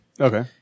okay